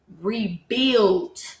rebuild